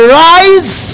rise